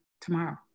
tomorrow